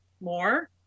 more